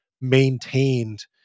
maintained